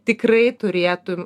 tikrai turėtų